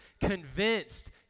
convinced